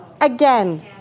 again